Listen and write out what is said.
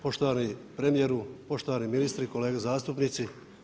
Poštovani premijeru, poštovani ministri, kolege zastupnici.